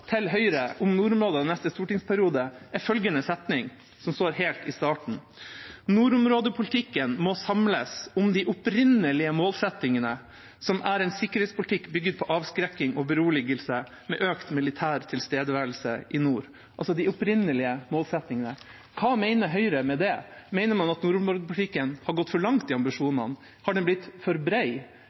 til Høyre om nordområdene neste stortingsperiode, er følgende setning, som står helt i starten: «Nordområdepolitikken må samles om de opprinnelige målsettingene, som er en sikkerhetspolitikk bygget på avskrekking og beroligelse med økt militær tilstedeværelse i nord.» – Altså «de opprinnelige målsettingene». Hva mener Høyre med det? Mener man at nordområdepolitikken har gått for langt i sine ambisjoner? Har den blitt for